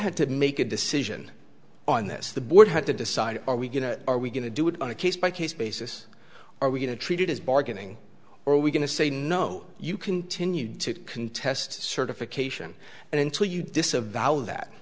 had to make a decision on this the board had to decide are we going to are we going to do it on a case by case basis are we going to treat it as bargaining or are we going to say no you continued to contest certification and into you disavow that